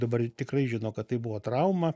dabar tikrai žino kad tai buvo trauma